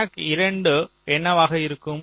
clock 2 என்னவாக இருக்கும்